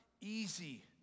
easy